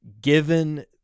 given